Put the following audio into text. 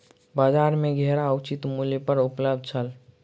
बजार में घेरा उचित मूल्य पर उपलब्ध छल